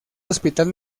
hospital